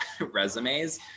resumes